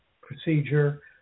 procedure